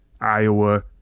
Iowa